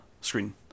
screen